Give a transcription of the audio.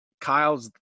Kyle's